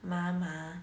麻麻